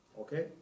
Okay